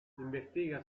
investiga